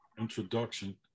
introduction